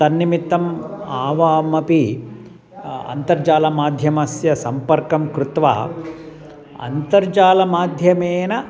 तन्निमित्तम् आवामपि अन्तर्जालमाध्यमस्य सम्पर्कं कृत्वा अन्तर्जालमाध्यमेन